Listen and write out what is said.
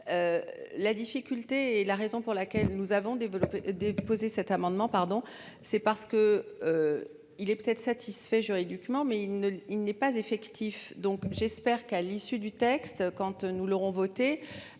La difficulté est la raison pour laquelle nous avons développé déposé cet amendement pardon c'est parce que. Il est peut être satisfait. Juridiquement, mais il ne, il n'est pas effectif. Donc j'espère qu'à l'issue du texte, quand tu nous l'aurons voté.